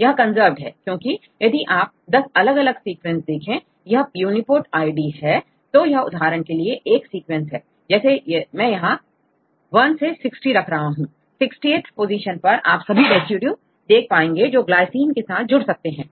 यह कंजर्व्ड है क्योंकि यदि आप दस अलग अलग सीक्वेंस देखें यह Uniprot id है तो यह उदाहरण के लिए एक सीक्वेंस है जैसे मैं यहां1 से60 रख रहा हूं60th पोजीशन पर आप सभी रेसिड्यू देख पाएंगे जो glycine के साथ जुड़ सकते हैं